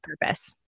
purpose